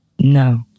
No